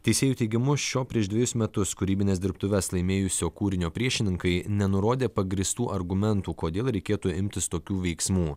teisėjų teigimu šio prieš dvejus metus kūrybines dirbtuves laimėjusio kūrinio priešininkai nenurodė pagrįstų argumentų kodėl reikėtų imtis tokių veiksmų